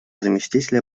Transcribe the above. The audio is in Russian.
заместителя